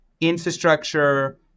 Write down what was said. infrastructure